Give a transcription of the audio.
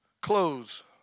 clothes